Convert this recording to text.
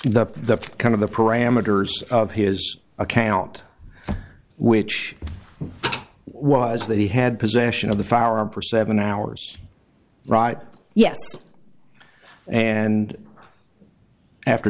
and up the kind of the parameters of his account which was that he had possession of the firearm for seven hours right yes and after